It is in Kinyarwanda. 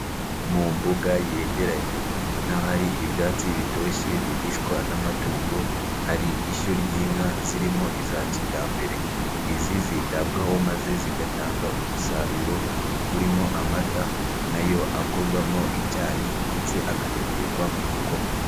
Mu mbuga yegeranye n'ahari ibyatsi bitoshye birishwa n'amatungo, hari ishyo ry'inka zirimo iza kijyambere, izi zitabwaho maze zigatanga umusaruro urimo amata nayo akorwamo icyayi ndetse akanatekwa mu gikoma.